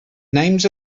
names